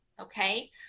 okay